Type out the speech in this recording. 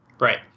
Right